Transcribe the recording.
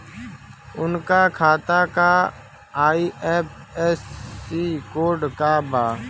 उनका खाता का आई.एफ.एस.सी कोड का बा?